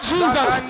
Jesus